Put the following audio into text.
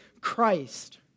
Christ